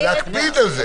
להקפיד על זה.